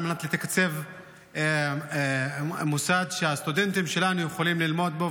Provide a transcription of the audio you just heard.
מנת לתקצב מוסד שהסטודנטים שלנו יכולים ללמוד בו.